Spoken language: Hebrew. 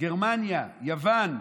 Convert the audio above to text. גרמניה, יוון,